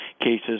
cases